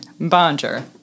Bonjour